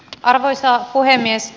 arvoisa puhemies